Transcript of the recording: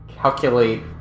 calculate